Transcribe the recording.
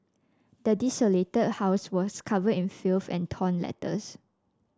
the desolated house was covered in filth and torn letters